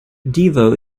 devo